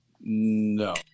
No